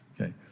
okay